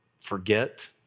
forget